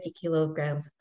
kilograms